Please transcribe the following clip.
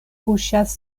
kuŝas